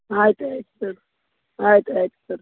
ಆಯ್ತು ಆಯ್ತು ಸರ್ ಆಯ್ತು ಆಯ್ತು ಸರ್